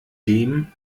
dem